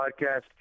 podcast